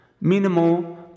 minimal